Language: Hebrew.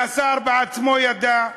והשר בעצמו ידע,